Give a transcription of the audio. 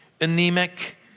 anemic